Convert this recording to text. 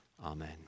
Amen